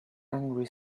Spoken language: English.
angry